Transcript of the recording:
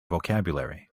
vocabulary